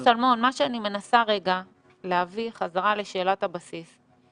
אני רוצה לחזור לשאלת הבסיס.